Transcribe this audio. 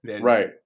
Right